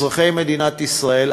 אזרחי מדינת ישראל,